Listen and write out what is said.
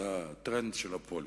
זה הטרנד של הפוליו.